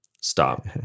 Stop